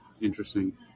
interesting